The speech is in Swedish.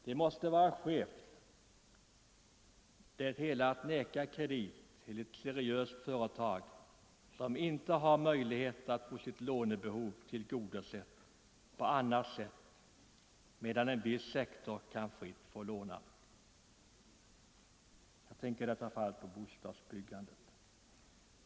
Det måste vara något skevt i det hela när man nekar kredit till ett seriöst företag, som inte har möjligheter att få sitt lånebehov tillgodosett på annat vis, medan personer inom en viss sektor fritt kan få låna — jag tänker i detta fall på bostadsbyggandet.